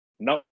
No